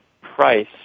price